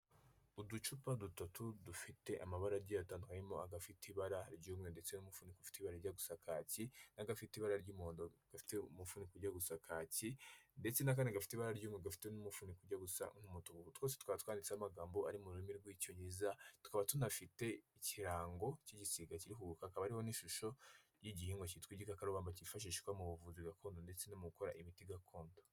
Uducupa dutatu dufite amabaragi atanumo agafite ibara ry'umye ndetse n'umufunikotiba ryo gusakaki n'agafite ibara ry'umuhondodafite umufunikojya gusakaki ndetse n'akandi gafite ibara ry'umuntu gafite n'umufuniko utwo twose tukaba twanditseho amagambo ari mu rurimi rw'icyongereza tukaba tunafite ikirango k'igisiga kiruhuka akaba ariho n'ishusho y'igihingwa kitwika akaromba cyifashishwa mu buvuzi gakondo ndetse no mu gukora imiti gakondo.